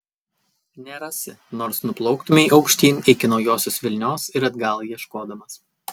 nerasi nors nuplauktumei aukštyn iki naujosios vilnios ir atgal ieškodamas